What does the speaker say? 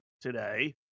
today